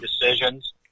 decisions